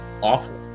awful